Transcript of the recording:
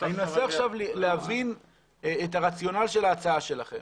אני מנסה להבין את הרציונל של ההצעה שלכם.